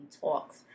talks